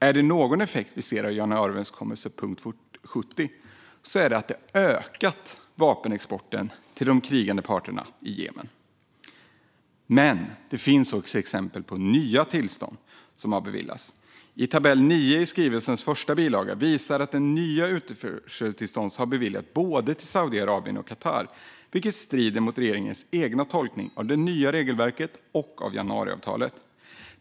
Är det någon effekt som vi ser av januariöverenskommelsens punkt 70 är det att den har ökat vapenexporten till de krigande parterna i Jemen. Men det finns också exempel på nya tillstånd som har beviljats. Tabell 9 i skrivelsens första bilaga visar att nya utförseltillstånd har beviljats till både Saudiarabien och Qatar, vilket strider mot regeringens egen tolkning av det nya regelverket och januariavtalet.